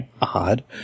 odd